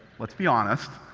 let's be honest,